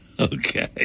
Okay